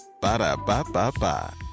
Ba-da-ba-ba-ba